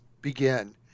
begin